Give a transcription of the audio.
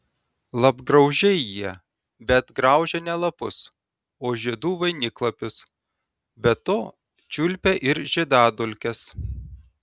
lapgraužiai jie bet graužia ne lapus o žiedų vainiklapius be to čiulpia ir žiedadulkes